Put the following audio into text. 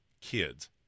kids